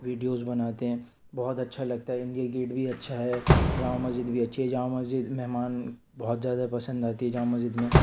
videos بناتے ہیں بہت اچھا لگتا ہے اِنڈیا گیٹ بھی اچھا ہے جامع مسجد بھی اچھی ہے جامع مسجد مہمان بہت زیادہ پسند آتی ہے جامع مسجد میں